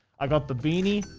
i've got the beanie,